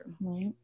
right